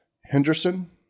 Henderson